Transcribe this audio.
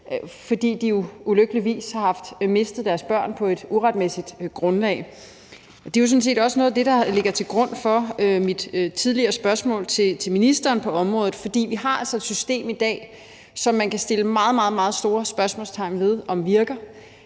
fordi de ulykkeligvis har mistet deres børn på et uretmæssigt grundlag. Det er sådan set også noget af det, der ligger til grund for mit tidligere spørgsmål til ministeren på området, for vi har altså et system i dag, som man kan sætte meget, meget store spørgsmålstegn ved om virker.